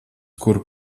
kuru